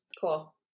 Cool